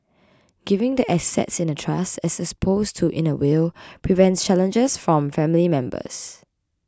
giving the assets in a trust as opposed to in a will prevents challenges from family members